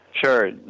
Sure